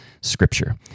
scripture